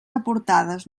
aportades